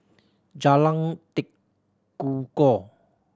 Jalan Tekukor